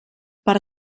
per